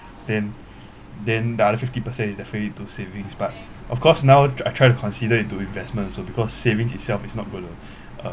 then then the other fifty percent is definitely to saving but of course now I try to consider into investments so because savings itself is not going to